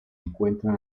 encuentran